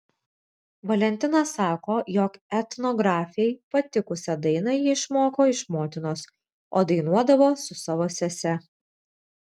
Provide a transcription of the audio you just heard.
valentina sako jog etnografei patikusią dainą ji išmoko iš motinos o dainuodavo su savo sese